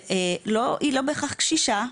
והיא לא בהכרח קשישה,